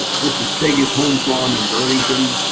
this is peggy's home farm in burlington.